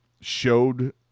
showed